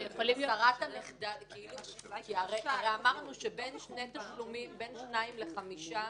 הרי אמרנו שבין שני תשלומים לחמישה,